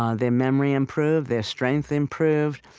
ah their memory improved, their strength improved.